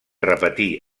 repetí